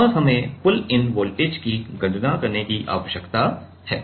और हमें pull in voltage की गणना करने की आवश्यकता है